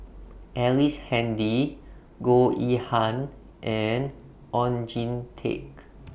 Ellice Handy Goh Yihan and Oon Jin Teik